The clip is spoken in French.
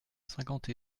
cinquante